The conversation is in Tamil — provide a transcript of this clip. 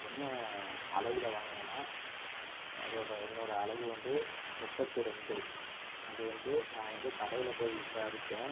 என்ன அளவில் வாங்குனனா அதோடய என்னோடய அளவு வந்து முப்பத்திரண்டு அது வந்து நான் வந்து கடையில் போய் விசாரிச்சேன்